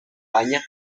campaña